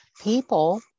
People